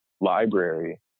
library